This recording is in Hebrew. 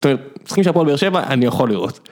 משחקים של הפועל באר שבע, אני יכול לראות.